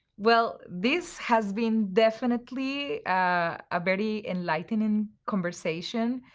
well, this has been definitely ah a very enlightening conversation.